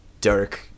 dark